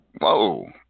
Whoa